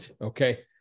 Okay